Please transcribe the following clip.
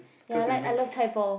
ya I like I love chai-poh